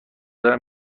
دارم